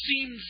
seems